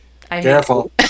Careful